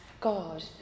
God